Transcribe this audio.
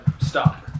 stop